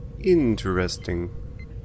Interesting